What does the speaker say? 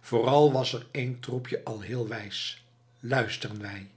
vooral was er één troepje al heel wijs luisteren wij